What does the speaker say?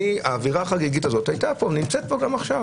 האווירה החגיגית הזאת הייתה פה, נמצאת פה גם עכשיו